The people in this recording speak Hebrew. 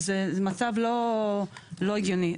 זה מצב לא הגיוני.